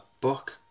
book